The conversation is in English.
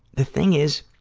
the thing is,